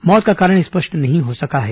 मौत का कारण स्पष्ट नहीं हो सका है